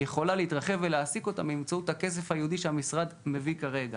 יכולה להתרחב ולהעסיק אותם באמצעות הכסף הייעודי שהמשרד מביא כרגע.